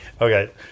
Okay